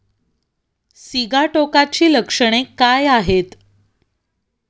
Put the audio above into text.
सिगाटोकाची लक्षणे काय आहेत?